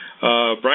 Brian